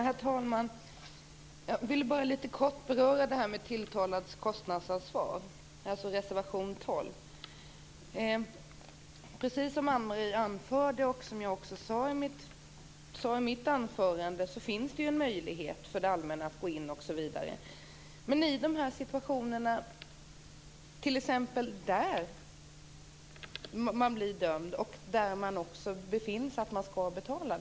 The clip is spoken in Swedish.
Herr talman! Jag vill litet kort beröra frågan om tilltalads kostnadsansvar. Det gäller alltså reservation Precis som Ann-Marie Fagerström anförde, och som jag också sade i mitt anförande, finns det en möjlighet för det allmänna att gå in. Någon är dömd, och man har funnit att den dömde skall betala.